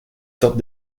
sortes